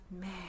Man